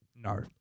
No